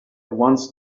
once